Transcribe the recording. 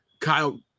Kyle